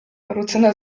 rutyna